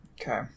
Okay